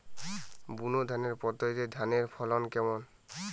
বুনাধানের পদ্ধতিতে ধানের ফলন কেমন?